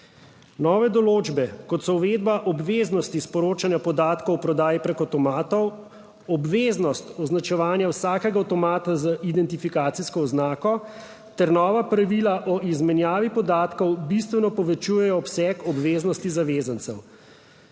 Nove določbe kot so uvedba obveznosti sporočanja podatkov o prodaji preko avtomatov, obveznost označevanja vsakega avtomata z identifikacijsko oznako ter nova pravila o izmenjavi podatkov bistveno povečujejo obseg obveznosti zavezancev.